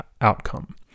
outcome